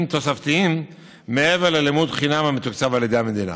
תוספתיים מעבר ללימוד חינם המתוקצב על ידי המדינה.